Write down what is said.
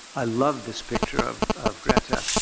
i love this picture of of greta.